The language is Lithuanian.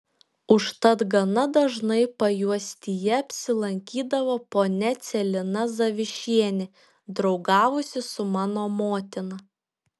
užtat gana dažnai pajuostyje apsilankydavo ponia celina zavišienė draugavusi su mano motina